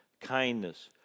kindness